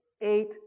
eight